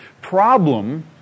problem